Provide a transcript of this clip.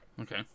Okay